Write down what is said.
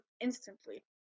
instantly